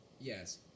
Yes